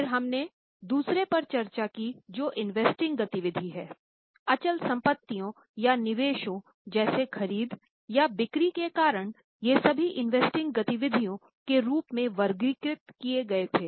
फ़िर हमने दूसरे पर चर्चा की जो इन्वेस्टिंग गतिविधियों के रूप में वर्गीकृत किये गए थे